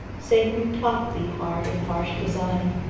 say, who taught thee hard and harsh design,